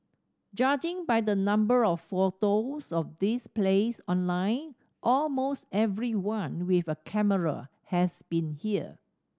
judging by the number of photos of this place online almost everyone with a camera has been here